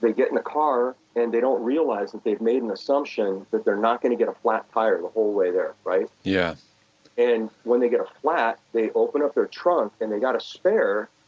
they get in a car. and they don't realize that they've made an assumption that they're not going to get a flat tire the whole way there, right? yeah and when they get a flight, they open up their trunk and they got a spare,